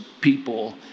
people